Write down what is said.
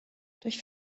durch